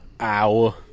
Ow